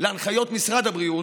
להנחיות משרד הבריאות,